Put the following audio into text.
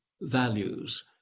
values